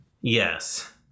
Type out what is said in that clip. Yes